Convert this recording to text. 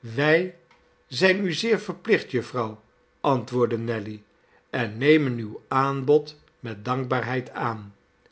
wij zijn u zeer verplicht jufvrouw antwoordde nelly en nemen uw aanbod met dankbaarheid aan